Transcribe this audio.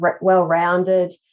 well-rounded